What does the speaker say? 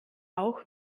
auch